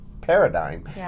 paradigm